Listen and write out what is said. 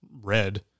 Red